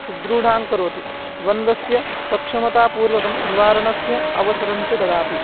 सुदृढं करोति द्वन्दस्य सक्षमतापूर्वकं निवारणस्य अवसरञ्च ददाति